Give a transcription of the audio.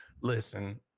listen